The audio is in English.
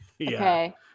okay